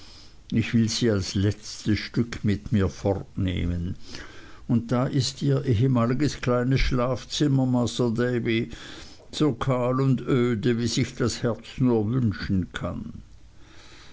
ich will sie als letztes stück mit mir fortnehmen und da ist ihr ehemaliges kleines schlafzimmer masr davy so kahl und öde wie sich das herz nur wünschen kann